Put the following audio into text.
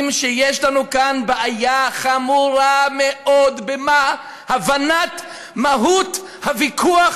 שיש לנו כאן בעיה חמורה מאוד בהבנת מהות הוויכוח